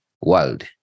world